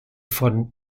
von